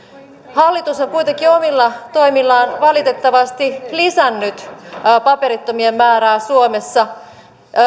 hallitus on kuitenkin omilla toimillaan valitettavasti lisännyt paperittomien määrää suomessa